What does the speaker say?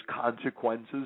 consequences